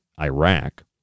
Iraq